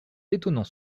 étonnants